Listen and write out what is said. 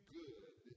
good